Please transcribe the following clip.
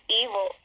evil